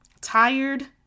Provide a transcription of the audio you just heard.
tired